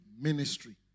ministry